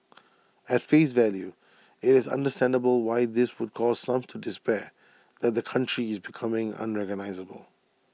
at face value IT is understandable why this would cause some to despair that the country is becoming unrecognisable